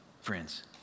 friends